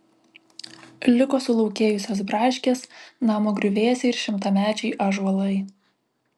liko sulaukėjusios braškės namo griuvėsiai ir šimtamečiai ąžuolai